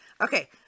okay